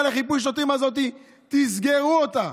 קחו את המחלקה לחיפוי שוטרים הזאת, תסגרו אותה.